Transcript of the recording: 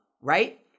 right